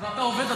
אתה עובד?